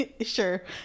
sure